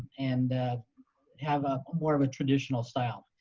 and have ah more of a traditional style.